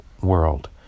world